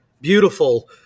beautiful